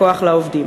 "כוח לעובדים".